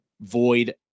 void